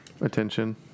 Attention